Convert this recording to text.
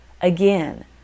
Again